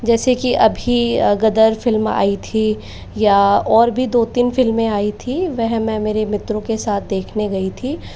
जैसे की अभी गदर फिल्म आई थी या और भी दो तीन फ़िल्में आई थीं वह मैं मेरे मित्रों के साथ देखने गई थी